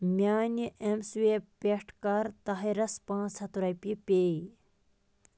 میٛانہِ mSwipe پٮ۪ٹھ کَر طاہِرس پانٛژھ ہَتھ رۄپیہِ پے